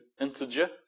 integer